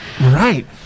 Right